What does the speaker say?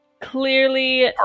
clearly